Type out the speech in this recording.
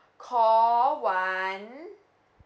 call one